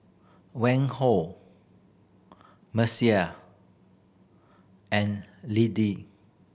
Mercer and Liddie